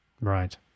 Right